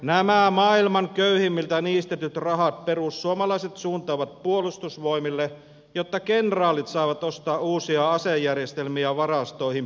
nämä maailman köyhimmiltä niistetyt rahat perussuomalaiset suuntaavat puolustusvoimille jotta kenraalit saavat ostaa uusia asejärjestelmiä varastoihin pölyttymään